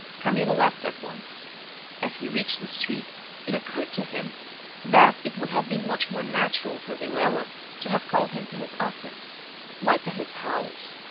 camillo left at once as he reached the street it occurred to him that it would have been much more natural for villela to have called him to his office why to his house?